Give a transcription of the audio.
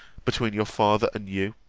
between your father and you